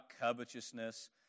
covetousness